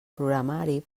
programari